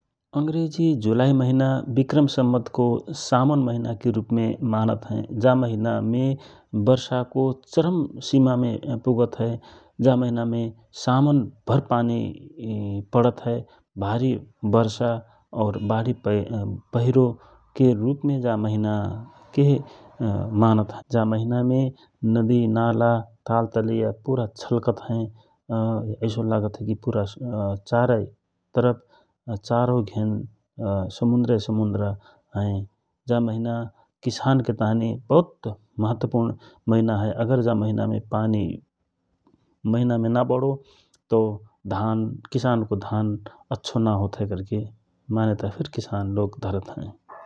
जुलाइ महिना विक्रम संवतको सावन महिना के रूपमे मानत हए । जा महिना मे वर्षाको चरम सिमामे पुगत हए जा महिनामे सावन भर पानी पडत हए, भारी वर्षा और बढि पहिरो के रूपमे जा महिना के मानत हए । जा महिना मे नदि, नाला, ताल, तलैया छलकत हए एसो लागत हए कि चारौ घेन समुन्द्रय समुन्द्र हए । जा महिना किसानके ताँहि बहुत महत्वपुर्ण महिना हए अगर जा महिनामे पानी नपडो तव किसानको धान अच्छो नहोत हए कहिके मन्यता फिर धरत हए ।